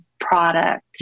product